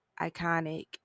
iconic